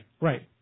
Right